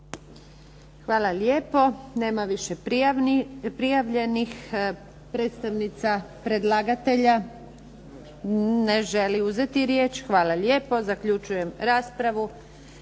Hvala lijepo. Nema više prijavljenih. Predstavnica predlagatelja ne želi uzeti riječ. Hvala lijepo. Zaključujem raspravu.